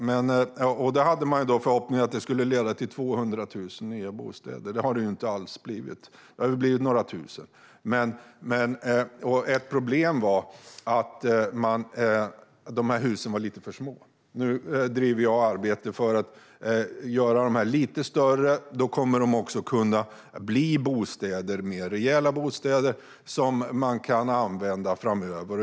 Man hade förhoppningen att det skulle leda till 200 000 nya bostäder. Så många har det inte blivit. Det har blivit några tusen. Ett problem var att dessa hus var lite för små. Nu driver jag ett arbete för att dessa hus ska kunna göras lite större. Då kommer de också att kunna bli mer rejäla bostäder som man kan använda framöver.